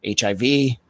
HIV